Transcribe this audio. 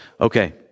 Okay